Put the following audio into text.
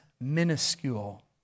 minuscule